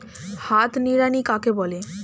হাত নিড়ানি কাকে বলে?